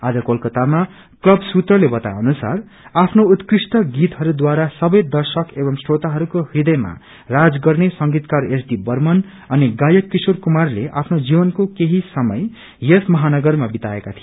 आज कोलकातामा क्लब सुत्रले बताए अनुसार आफ्नो उत्कृष्ट गीतहरूद्वारा सबै दर्शक एंव श्रोताहरूको हृदयमा राज गर्ने संगीतकार एस डी बंमन अनि गायक किशोर कुमारले आफ्नो जिवनको केही समय यस महानागरमा बिताएक छन्